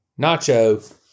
nacho